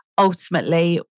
ultimately